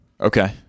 Okay